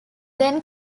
then